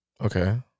Okay